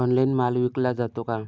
Online माल विकला जातो का?